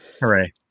Hooray